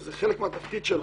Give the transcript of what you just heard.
וזה חלק מהתפקיד שלנו,